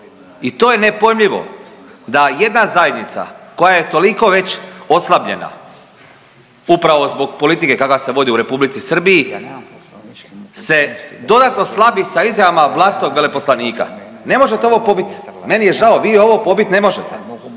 i to je nepojmljivo da jedna zajednica koja je toliko već oslabljena upravo zbog politike kakva se vodi u R. Srbiji se dodatno slabi sa izjavama vlastitog veleposlanika. Ne možete ovo pobiti. Meni je žao, vi ovo pobit ne možete.